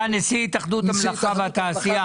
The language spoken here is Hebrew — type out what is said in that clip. אתה נשיא התאחדות המלאכה והתעשייה.